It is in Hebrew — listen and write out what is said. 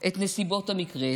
את נסיבות המקרה,